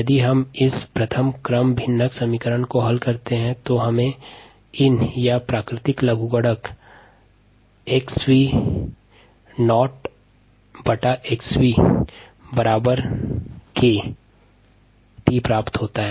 यदि हम इस फर्स्ट ऑर्डर डिफरेंशियल इक्वेशन को हल करते हैं तो हमें ln या प्राकृतिक लाग xv0xv बराबर 𝑘d t प्राप्त होता है